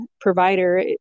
provider